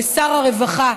לשר הרווחה,